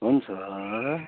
हुन्छ